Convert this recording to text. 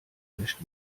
wäscht